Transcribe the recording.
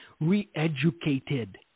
re-educated